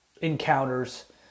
encounters